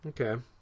okay